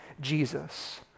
Jesus